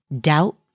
doubt